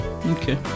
Okay